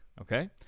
Okay